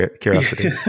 curiosity